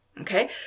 Okay